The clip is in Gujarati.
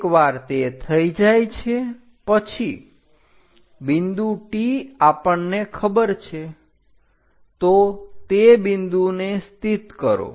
એકવાર તે થઈ જાય છે પછી બિંદુ T આપણને ખબર છે તો તે બિંદુને સ્થિત કરો